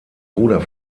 bruder